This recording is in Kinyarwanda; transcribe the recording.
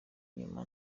inyuma